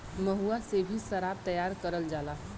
महुआ से भी सराब तैयार करल जाला